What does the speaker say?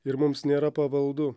ir mums nėra pavaldu